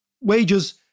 wages